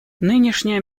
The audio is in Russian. нынешняя